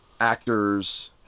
actors